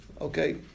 Okay